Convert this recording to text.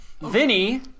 Vinny